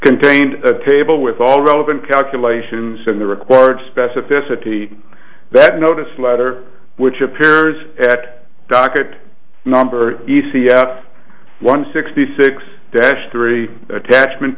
contained a table with all relevant calculations in the required specificity that notice letter which appears at docket number e c f one sixty six dash three attachment